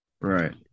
right